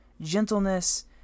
gentleness